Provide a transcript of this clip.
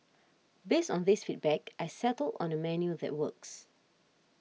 based on these feedback I settled on a menu that works